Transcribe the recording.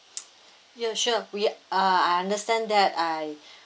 ya sure we uh I understand that I